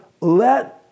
let